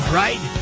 right